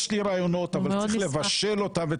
יש לי רעיונות אבל צריך לבשל אותם,